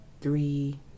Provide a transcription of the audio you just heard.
three